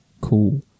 cool